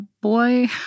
Boy